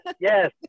yes